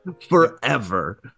forever